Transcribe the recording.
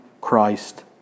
Christ